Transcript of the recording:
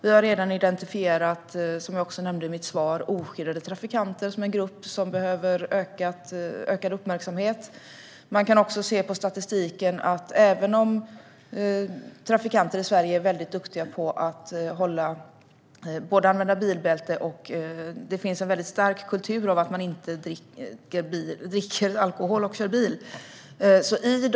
Vi har redan identifierat oskyddade trafikanter som en grupp som behöver ökad uppmärksamhet, vilket jag också nämnde i mitt svar. I Sverige är trafikanter duktiga på att använda bilbälte, och det finns en stark kultur som innebär att man inte dricker alkohol om man ska köra bil.